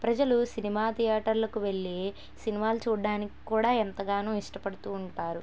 ప్రజలు సినిమా థియేటర్లకు వెళ్ళి సినిమాలు చూడడానికి కూడా ఎంతగానో ఇష్టపడుతు ఉంటారు